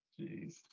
Jeez